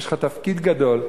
יש לך תפקיד גדול,